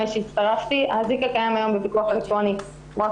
האזיק הקיים היום בפיקוח אלקטרוני רק